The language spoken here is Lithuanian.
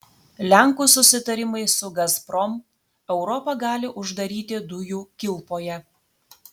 lenkų susitarimai su gazprom europą gali uždaryti dujų kilpoje